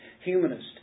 humanist